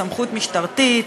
סמכות משטרתית,